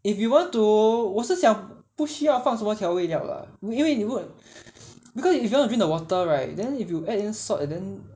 if you want to 我是想不需要放什么调味料 lah 因为你如果 because if you want to drink the water right then if you add in salt and then